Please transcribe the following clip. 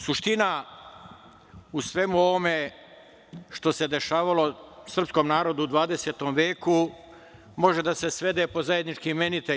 Suština u svemu ovome što se dešavalo srpskom narodu u 20. veku može da se svede pod zajednički imenitelj.